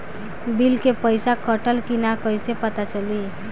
Bill के पइसा कटल कि न कइसे पता चलि?